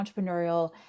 entrepreneurial